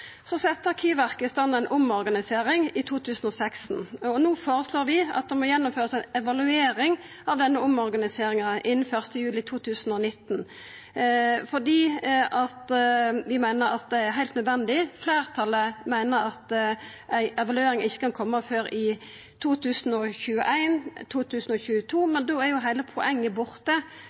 Så sette Arkivverket i stand ei omorganisering i 2016, og no føreslår vi at det må gjennomførast ei evaluering av denne omorganiseringa innan 1. juli 2019, fordi vi meiner at det er heilt nødvendig. Fleirtalet meiner at ei evaluering ikkje kan koma før i 2021 eller 2022. Men da er jo heile poenget borte,